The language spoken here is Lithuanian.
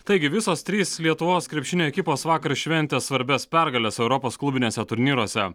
taigi visos trys lietuvos krepšinio ekipos vakar šventė svarbias pergales europos klubiniuose turnyruose